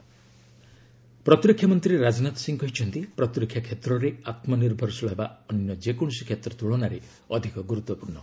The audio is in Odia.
ରାଜନାଥ ସେଲ୍ଟ ରିଲାଏନ୍ସ ପ୍ରତିରକ୍ଷା ମନ୍ତ୍ରୀ ରାଜନାଥ ସିଂହ କହିଛନ୍ତି ପ୍ରତିରକ୍ଷା କ୍ଷେତ୍ରରେ ଆତ୍ମନିର୍ଭରଶୀଳ ହେବା ଅନ୍ୟ ଯେକୌଣସି କ୍ଷେତ୍ର ତୁଳନାରେ ଅଧିକ ଗୁରୁତ୍ୱପୂର୍ଣ୍ଣ